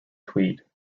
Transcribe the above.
tweed